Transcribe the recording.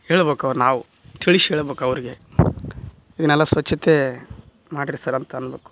ಹೇಳಬೇಕು ನಾವು ತಿಳಿಸ್ ಹೇಳ್ಬೇಕು ಅವ್ರಿಗೆ ಇವನ್ನೆಲ್ಲ ಸ್ವಚ್ಛತೆ ಮಾಡಿರಿ ಸರ್ ಅಂತ ಅನ್ನಬೇಕು